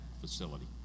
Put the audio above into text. facility